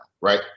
right